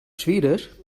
schwedisch